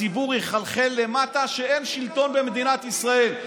ויחלחל למטה לציבור שאין שלטון במדינת ישראל.